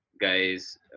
guys